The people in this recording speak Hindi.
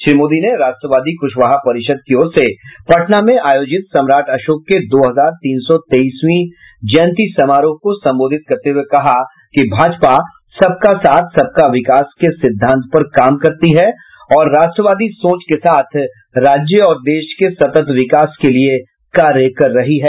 श्री मोदी ने राष्ट्रवादी कुशवाहा परिषद की ओर से पटना में आयोजित सम्राट अशोक के दो हजार तीन सौ तेईसवीं जयंती समारोह को सम्बोधित करते हुए कहा कि भाजपा सबका साथ सबका विकास के सिद्धांत को लेकर राष्ट्रवादी सोच के साथ राज्य और देश के सत्त विकास के लिए कार्य कर रही है